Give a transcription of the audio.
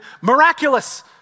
miraculous